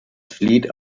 flieht